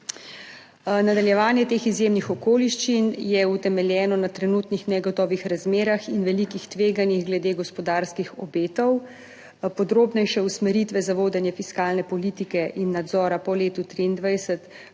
Nadaljevanje teh izjemnih okoliščin je utemeljeno na trenutnih negotovih razmerah in velikih tveganjih glede gospodarskih obetov. Podrobnejše usmeritve za vodenje fiskalne politike in nadzora po letu 2023